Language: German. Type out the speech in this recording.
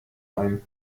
ein